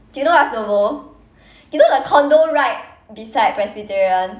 do you know what's nuovo you know the condo right beside presbyterian